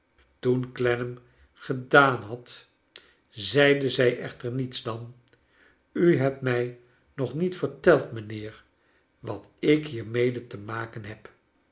toen clennam gedaan had zeide zij echter niets dan u hebt mij nog niet verteld mijnheer wat ik hier mede te maken heb